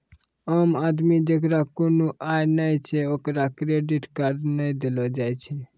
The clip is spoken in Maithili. आम आदमी जेकरा कोनो आय नै छै ओकरा क्रेडिट कार्ड नै देलो जाय छै